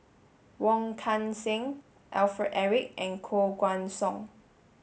Wong Kan Seng Alfred Eric and Koh Guan Song